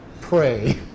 pray